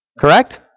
Correct